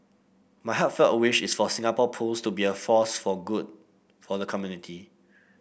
my heartfelt wish is for Singapore Pools to be a force for good for the community